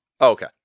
Okay